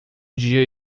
dia